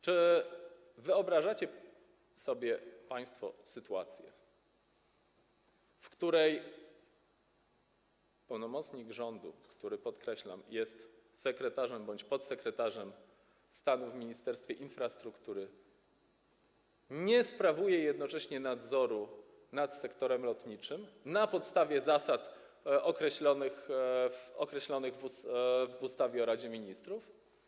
Czy wyobrażacie sobie państwo sytuację, w której pełnomocnik rządu, który - podkreślam - jest sekretarzem bądź podsekretarzem stanu w Ministerstwie Infrastruktury, nie sprawuje jednocześnie nadzoru nad sektorem lotniczym na podstawie zasad określonych w ustawie o Radzie Ministrów?